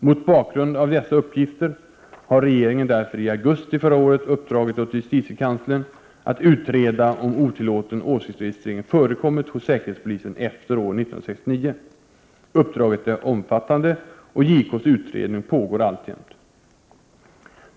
Mot bakgrund av dessa uppgifter har regeringen därför i augusti förra året uppdragit åt justitiekanslern, JK, att utreda om otillåten åsiktsregistrering förekommit hos säkerhetspolisen efter år 1969. Uppdraget är omfattande, och JK:s utredning pågår alltjämt.